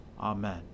Amen